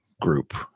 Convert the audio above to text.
group